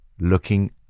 looking